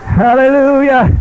hallelujah